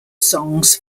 songs